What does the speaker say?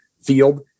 field